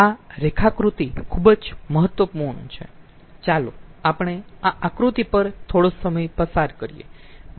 આ રેખાકૃતિ ખુબ જ મહત્વપૂર્ણ છે ચાલો આપણે આ આકૃતિ પર થોડો સમય પસાર કરીયે